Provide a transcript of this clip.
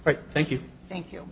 right thank you thank you